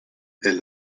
est